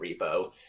repo